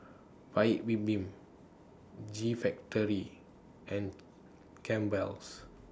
Paik's Bibim G Factory and Campbell's